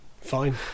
Fine